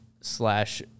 slash